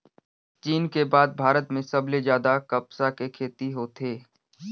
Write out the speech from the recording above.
चीन के बाद भारत में सबले जादा कपसा के खेती होथे